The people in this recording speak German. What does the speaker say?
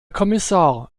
kommissar